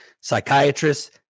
psychiatrists